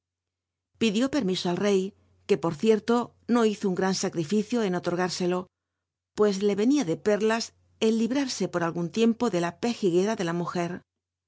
pidió permiso al rey que por cierlo no hizo un gran sacrifi cio en olorl ú rsclo pue le cnía de perlas el librar se por algu n tiempo de la pejiguera de la mujer